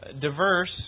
diverse